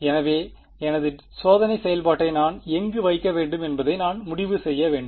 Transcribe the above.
எனவே எனது சோதனை செயல்பாட்டை நான் எங்கு வைக்க வேண்டும் என்பதை நான் முடிவு செய்ய வேண்டும்